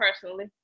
personally